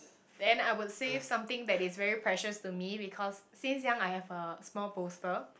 then I would save something that is very precious to me because since young I have a small bolster